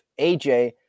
AJ